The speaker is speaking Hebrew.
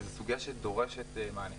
וזו סוגיה שדורשת מענה.